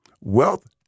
Wealth